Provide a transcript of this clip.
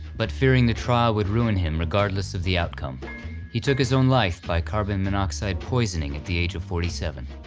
but fearing the trial would ruin him regardless of the outcome he took his own life by carbon monoxide poisoning at the age of forty seven.